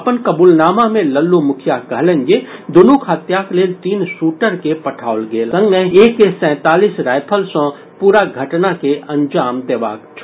अपन कबूलनामा मे लल्लू मुखिया कहलनि जे दुनूक हत्याक लेल तीन शूटर के पठाओल गेल संगहि ए के सैंतालीस रायफल सॅ पूरा घटना के अंजाम देबाक छल